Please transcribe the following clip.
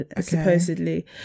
supposedly